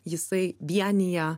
jisai vienija